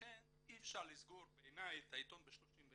לכן אי אפשר לסגור את העיתון ב-31 לחודש.